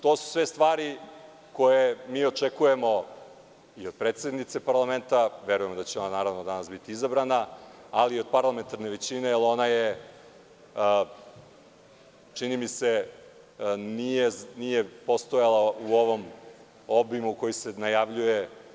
To su sve stvari koje mi očekujemo i od predsednice parlamenta, verujem da će ona danas, naravno, biti izabrana, ali i od parlamentarne većine, jer ona, čini mi se, nije postojala u ovom obimu koji se najavljuje.